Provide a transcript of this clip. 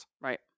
Right